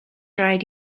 raid